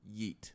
Yeet